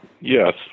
Yes